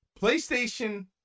PlayStation